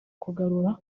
kugarura